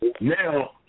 Now